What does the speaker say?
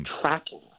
tracking